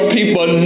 people